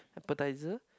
appetizer